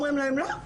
אומרים להן לא,